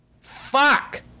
Fuck